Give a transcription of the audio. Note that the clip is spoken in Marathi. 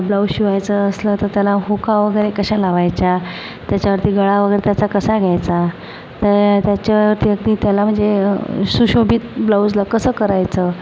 ब्लाउज शिवायचा असला तर त्याला हुका वगैरे कशा लावायच्या तसंच त्याच्यावरती गळा वगैरे त्याचा कसा घ्यायचा त्या त्याचा वरती त्याला म्हणजे सुशोभित ब्लाऊजला कसं करायचा